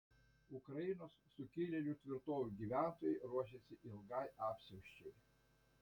ukrainos sukilėlių tvirtovių gyventojai ruošiasi ilgai apsiausčiai